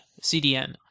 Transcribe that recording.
CDN